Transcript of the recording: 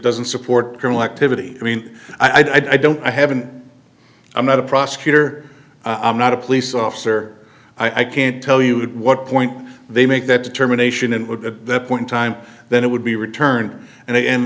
doesn't support criminal activity i mean i don't i haven't i'm not a prosecutor i'm not a police officer i can't tell you what point they make that determination and what the point in time that it would be returned and